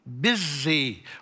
busy